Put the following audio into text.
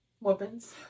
weapons